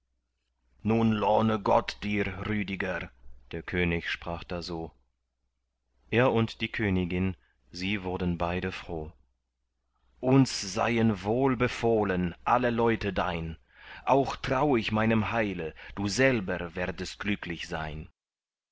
nun lohne gott dir rüdiger der könig sprach da so er und die königin sie wurden beide froh uns seien wohlbefohlen alle leute dein auch trau ich meinem heile du selber werdest glücklich sein